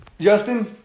Justin